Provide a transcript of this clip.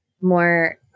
more